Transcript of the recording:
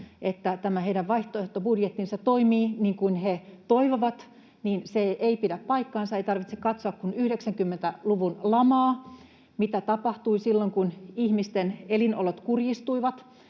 tämä heidän vaihtoehtobudjettinsa toimii niin kuin he toivovat, ei pidä paikkaansa. Ei tarvitse katsoa kuin 90-luvun lamaa, sitä, mitä tapahtui silloin kun ihmisten elinolot kurjistuivat,